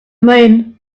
men